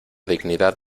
dignidad